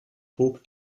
hob